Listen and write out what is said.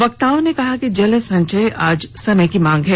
वक्ताओं ने कहा कि जल संचय आज समय की मांग है